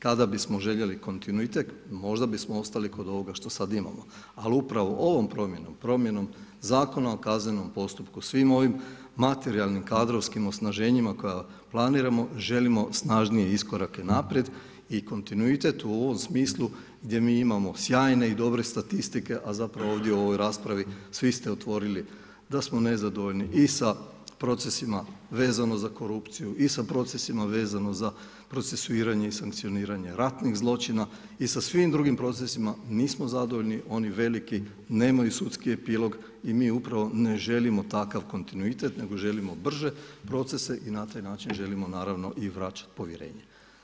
Kada bismo željeli kontinuitet, možda bismo ostali kod ovoga što sad imamo, ali upravo ovom promjenom, promjenom zakona o kaznenom postupku, svim ovim materijalnim, kadrovskim osnaženjima koja planiramo želimo snažnije iskorake naprijed i kontinuitet u ovom smislu, gdje mi imamo sjajne i dobre statistike, a zapravo ovdje u ovoj raspravi svi ste otvorili da smo nezadovoljni i sa procesima vezano za korupciju i sa procesima vezano za procesuiranje i sankcioniranje ratnih zločina i sa svim drugim procesima nismo zadovoljni, oni veliki nemaju sudski epilog i mi upravo ne želimo takav kontinuitet, nego želimo brže procese i na taj način želimo naravno i vraćati povjerenje.